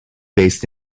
based